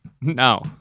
No